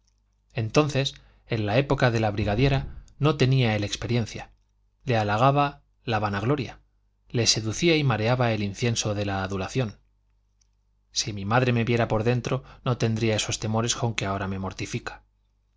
entonces en la época de la brigadiera no tenía él experiencia le halagaba la vanagloria le seducía y mareaba el incienso de la adulación si mi madre me viera por dentro no tendría esos temores con que ahora me mortifica